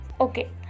Okay